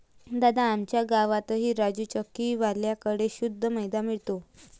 दादा, आमच्या गावातही राजू चक्की वाल्या कड़े शुद्ध मैदा मिळतो